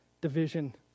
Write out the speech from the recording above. division